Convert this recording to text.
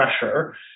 pressure